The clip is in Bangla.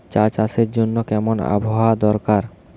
চা চাষের জন্য কেমন আবহাওয়া দরকার?